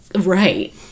Right